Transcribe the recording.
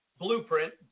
blueprint